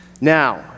Now